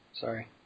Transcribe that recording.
sorry